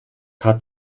hat